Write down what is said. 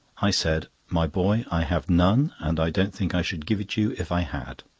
i said my boy, i have none, and i don't think i should give it you if i had.